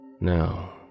now